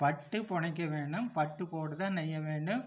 பட்டு புனைக்க வேணும் பட்டு போட்டுதான் நெய்ய வேணும்